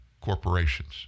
corporations